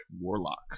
Warlock